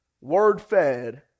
word-fed